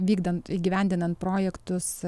vykdant įgyvendinant projektus